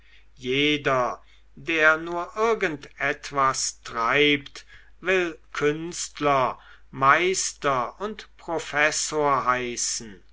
jeder der nur irgend etwas treibt will künstler meister und professor heißen